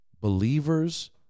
believers